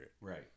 Right